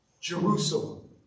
Jerusalem